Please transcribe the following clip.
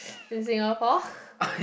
in Singapore